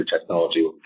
technology